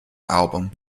album